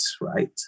right